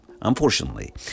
unfortunately